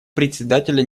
председателя